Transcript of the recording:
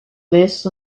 less